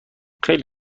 خیلی